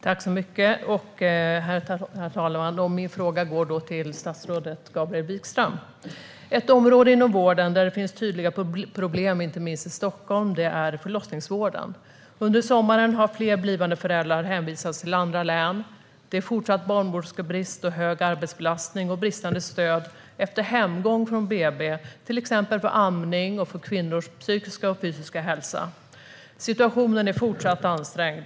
Herr talman! Min fråga är till statsrådet Gabriel Wikström. Ett område inom vården där det finns tydliga problem, inte minst i Stockholm, är förlossningsvården. Under sommaren har flera blivande föräldrar hänvisats till andra län. Det är fortsatt barnmorskebrist, hög arbetsbelastning och bristande stöd efter hemgång från BB när det gäller till exempel amning och kvinnors psykiska och fysiska hälsa. Situationen är fortsatt ansträngd.